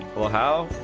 will have